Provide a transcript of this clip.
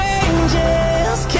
angels